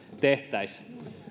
tehtäisi